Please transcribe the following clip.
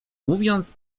mówiąc